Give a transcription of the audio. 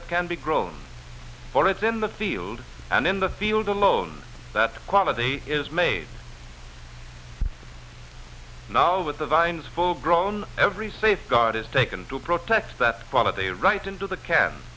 that can be grown for its in the field and in the field alone that quality is made now with the vines full grown every safeguard is taken to protect that quality right into the ca